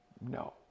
No